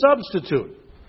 substitute